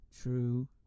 true